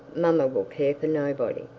mamma will care for nobody,